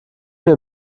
mir